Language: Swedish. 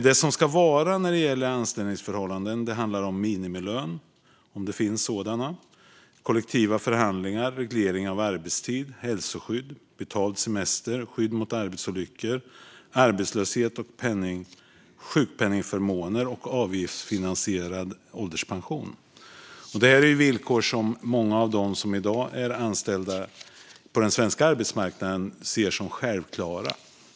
Det som ska vara när det handlar om anställningsförhållanden är minimilöner och om det finns sådana, kollektiva förhandlingar, reglering av arbetstid, hälsoskydd, betald semester, skydd mot arbetsolyckor och arbetslöshet, sjukpenningförmåner och avgiftsfinansierad ålderspension. Det är villkor som många av dem som i dag är anställda på den svenska arbetsmarknaden ser som självklara.